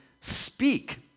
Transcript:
speak